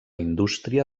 indústria